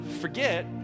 forget